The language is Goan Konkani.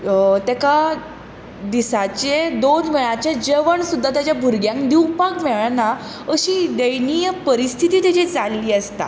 तेका दिसाचे दोन वेळाचें जेवण सुद्दां तेज्या भुरग्यांक दिवपाक मेळना अशी दैन्य परिस्थिती तेजी जाल्ली आसता